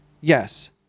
Yes